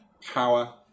power